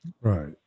right